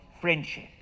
friendship